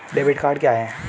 Debit card क्या है?